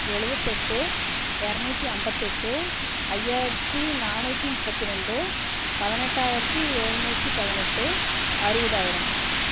எழுவத்தெட்டு இரநூத்தி ஐம்பத்தெட்டு ஐயாயிரத்து நானூற்றி முப்பத்து ரெண்டு பதினெட்டாயிரத்து எழுநூத்தி பதினெட்டு அறுபதாயிரம்